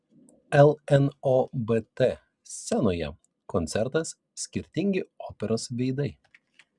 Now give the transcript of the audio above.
lnobt scenoje koncertas skirtingi operos veidai